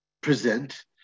present